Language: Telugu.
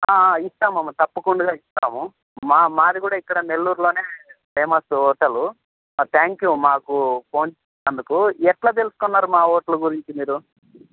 ఇస్తామమ్మ తప్పకుండగా ఇస్తాము మా మాదిగూడా ఇక్కడ నెల్లూరులోనే ఫేమస్ హోటలు ఆ థ్యాంక్ యూ మాకు ఫోన్ చేసినందుకు ఎట్లా తెల్సుకున్నారు మా హోటల్ గురించి మీరు